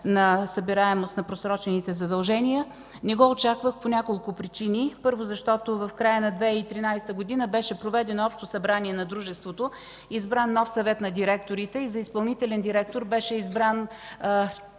на събираемост на просрочените задължения. Не го очаквах по няколко причини. Първо, защото в края на 2013 г. беше проведено Общо събрание на дружеството и избран нов съвет на директорите. За изпълнителен директор беше избран